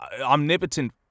omnipotent